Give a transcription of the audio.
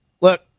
Look